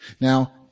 Now